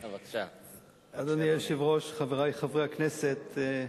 אדוני היושב-ראש, חברי חברי הכנסת,